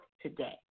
today